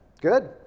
Good